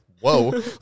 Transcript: Whoa